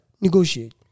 negotiate